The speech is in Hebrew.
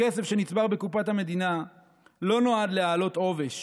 הכסף שנצבר בקופת המדינה לא נועד להעלות עובש